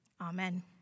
Amen